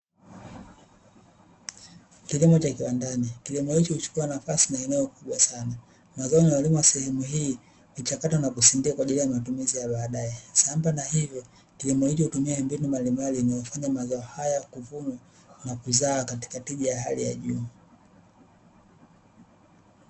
Kilimo cha kiwandani, kilimo hichi huchukua nafasi na eneo kubwa sana. Mazao yanayolimwa sehemu hii, huchakatwa na kusindikwa kwa ajili ya matumizi ya baadae. Sambamba na hilo, kilimo hicho hutumia mbinu mbalimbali inayofanya mazao haya kuvunwa na kuzaa katika tija ya hali ya juu.